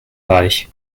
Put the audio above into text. reich